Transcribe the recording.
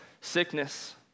sickness